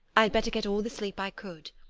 i had better get all the sleep i could.